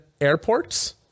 airports